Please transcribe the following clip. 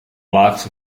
lots